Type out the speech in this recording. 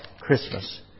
Christmas